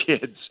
kids